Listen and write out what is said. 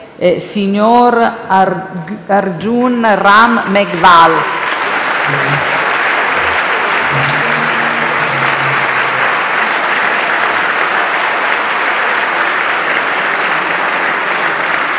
signor Arjun Ram Meghwal.